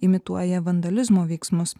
imituoja vandalizmo veiksmus